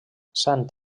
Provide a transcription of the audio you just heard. sant